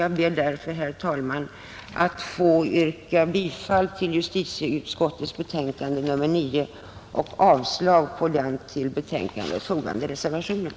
Jag ber att med det anförda få yrka bifall till justitieutskottets betänkande nr 9 och avslag på den till betänkandet fogade reservationen.